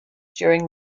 during